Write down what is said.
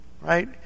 right